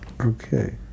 Okay